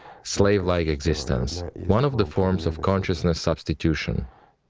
slavery like existence. one of the form of consciousness' substitution.